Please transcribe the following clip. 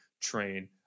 train